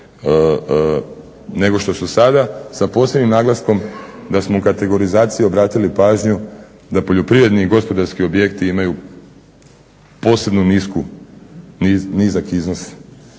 nego što su sada. Sa posebnim naglaskom da smo u kategorizaciji obratili pažnju da poljoprivredni i gospodarski objekti imaju posebno nisku,